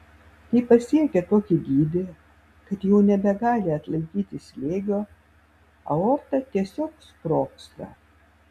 kai pasiekia tokį dydį kad jau nebegali atlaikyti slėgio aorta tiesiog sprogsta